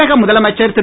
தமிழக முதலமைச்சர் திரு